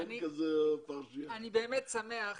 אני באמת שמח